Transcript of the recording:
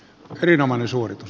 erinomainen suoritus